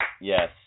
Yes